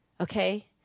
Okay